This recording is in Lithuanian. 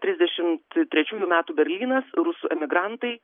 trisdešim trečiųjų metų berlynas rusų emigrantai